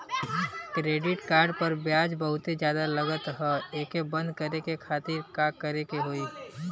Credit card पर ब्याज बहुते ज्यादा लगत ह एके बंद करे खातिर का करे के होई?